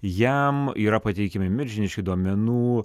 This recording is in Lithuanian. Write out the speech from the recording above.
jam yra pateikiami milžiniški duomenų